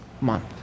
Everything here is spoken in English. month